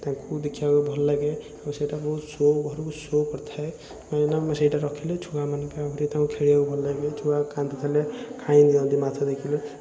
ତାଙ୍କୁ ଦେଖିବାକୁ ଭଲଲାଗେ ଓ ସେଇଟା ବହୁତ ସୋ ଘରକୁ ସୋ କରିଥାଏ କାହିଁକିନା ମୁଁ ସେଇଟା ରଖିଲେ ଛୁଆମାନେ ତାଙ୍କୁ ଖେଳିବାକୁ ଭଲଲାଗେ ଛୁଆ କାନ୍ଦୁଥିଲେ ଖାଇଦିଅନ୍ତି ମାଛ ଦେଖିଲେ